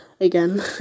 Again